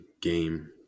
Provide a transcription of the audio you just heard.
game